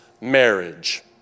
marriage